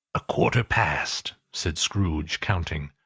a quarter past, said scrooge, counting.